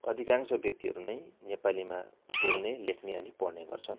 अधिकांश व्यक्तिहरू नै नेपालीमा बोल्ने लेख्ने अनि पढ्ने गर्छन्